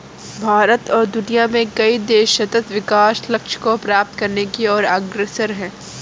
भारत और दुनिया में कई देश सतत् विकास लक्ष्य को प्राप्त करने की ओर अग्रसर है